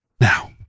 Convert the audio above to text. now